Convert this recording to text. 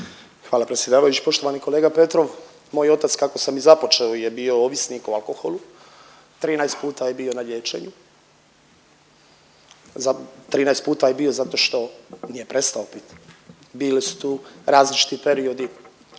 Hvala predsjedavajući. Poštovani kolega Petrov, moj otac kako sam i započeo je bio ovisnik o alkoholu, 13 puta je bio na liječenju. 13 puta je bio zato što nije prestao piti. Bili su tu različiti periodi